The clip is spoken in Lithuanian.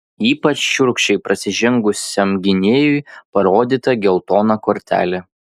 ypač šiurkščiai prasižengusiam gynėjui parodyta geltona kortelė